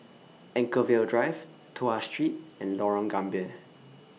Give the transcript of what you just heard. Anchorvale Drive Tuas Street and Lorong Gambir